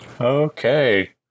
Okay